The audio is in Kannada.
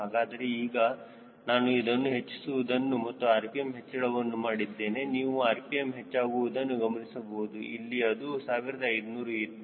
ಹಾಗಾದರೆ ಈಗ ನಾನು ಇದನ್ನು ಹೆಚ್ಚಿಸುವುದನ್ನು ಮತ್ತು rpm ಹೆಚ್ಚಳವನ್ನು ಮಾಡಿದ್ದೇನೆ ನೀವು rpm ಹೆಚ್ಚಾಗುವುದನ್ನು ಗಮನಿಸಬಹುದು ಇಲ್ಲಿ ಅದು 1500 ಇತ್ತು